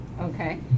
okay